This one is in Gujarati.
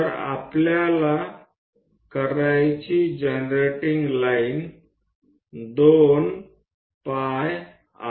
તો ચાલો આપણે એક જનરેટિંગ લીટી 2πr નો ઉપયોગ કરીએ